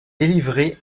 délivré